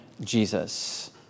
Jesus